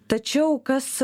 tačiau kas